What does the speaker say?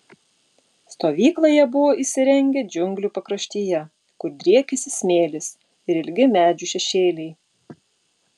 stovyklą jie buvo įsirengę džiunglių pakraštyje kur driekėsi smėlis ir ilgi medžių šešėliai